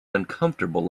uncomfortable